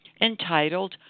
entitled